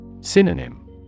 Synonym